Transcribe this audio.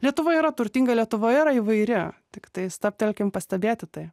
lietuva yra turtinga lietuva yra įvairi tiktai stabtelkim pastebėti tai